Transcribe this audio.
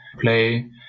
play